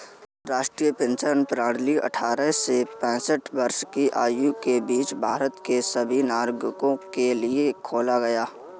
राष्ट्रीय पेंशन प्रणाली अट्ठारह से पेंसठ वर्ष की आयु के बीच भारत के सभी नागरिकों के लिए खोला गया